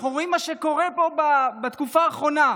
ואנחנו רואים מה קורה פה בתקופה האחרונה,